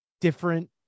different